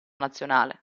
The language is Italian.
nazionale